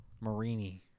marini